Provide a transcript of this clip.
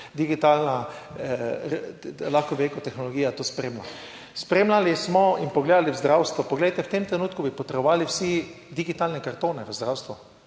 digitalna, lahko bi rekel, tehnologija to spremlja. Spremljali smo in pogledali v zdravstvu, poglejte, v tem trenutku bi potrebovali vsi digitalne kartone v zdravstvu,